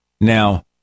now